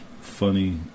funny